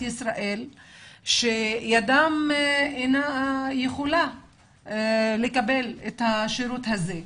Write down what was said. ישראל שידם אינה משגת לקבל את השירות הזה.